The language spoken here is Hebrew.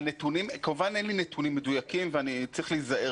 כמובן אין לי נתונים מדויקים ואני צריך להיזהר